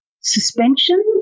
suspension